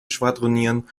schwadronieren